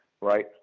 right